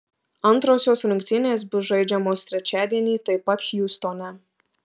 antrosios rungtynės bus žaidžiamos trečiadienį taip pat hjustone